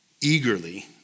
eagerly